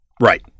Right